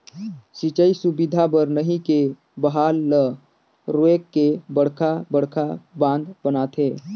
सिंचई सुबिधा बर नही के बहाल ल रोयक के बड़खा बड़खा बांध बनाथे